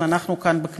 אנחנו כאן, בכנסת,